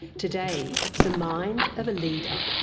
today, the mind of a leader.